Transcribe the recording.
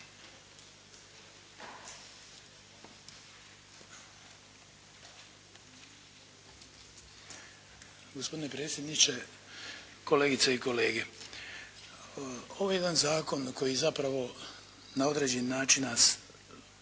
Gospodine predsjedniče, kolegice i kolege! Ovo je jedan zakon koji zapravo na određeni način nas obvezuje